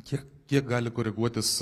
kiek kiek gali koreguotis